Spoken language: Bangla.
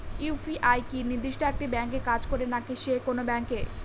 ইউ.পি.আই কি নির্দিষ্ট একটি ব্যাংকে কাজ করে নাকি যে কোনো ব্যাংকে?